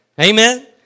Amen